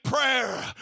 prayer